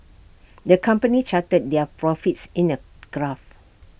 the company charted their profits in A graph